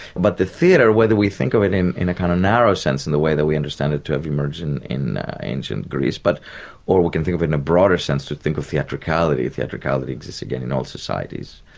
but the theatre, whether we think of it in in a kind of narrow sense in the way that we understand it to have emerged in in ancient greece, but or we can think of it in a broader sense, to think of theatricality theatricality exists again in all societies